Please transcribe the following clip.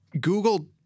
Google